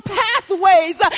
pathways